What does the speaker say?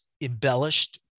embellished